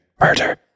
Murder